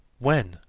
when,